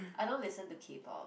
I don't listen to K-Pop